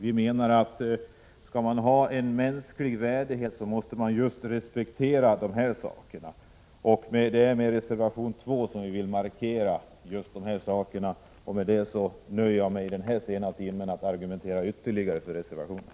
Vi menar att de reglerna måste respekteras om bidragstagarna skall få behålla sin mänskliga värdighet. I reservation 2 markerar vi detta. Med detta avstår jag från att i denna sena timme argumentera ytterligare för reservationerna.